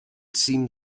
seemed